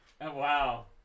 Wow